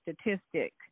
statistic